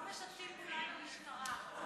הם לא משתפים פעולה עם המשטרה.